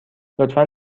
لطفا